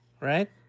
right